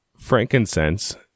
frankincense